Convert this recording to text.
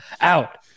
out